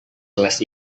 kelas